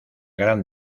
gran